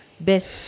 best